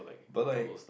but like